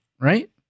right